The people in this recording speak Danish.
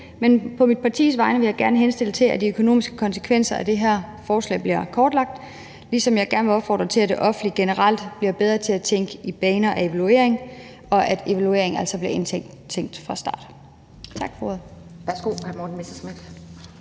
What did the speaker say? men på mit partis vegne vil jeg gerne henstille til, at de økonomiske konsekvenser af det her forslag bliver kortlagt, ligesom jeg gerne vil opfordre til, at det offentlige generelt bliver bedre til at tænke i baner af evaluering, og at evaluering altså bliver indtænkt fra start. Tak for ordet.